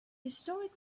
historic